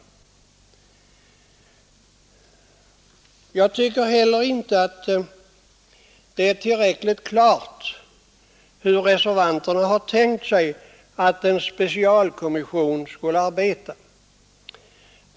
Jag tycker inte heller att det är tillräckligt klart hur reservanterna tänker sig att en speciell kommission skall arbeta.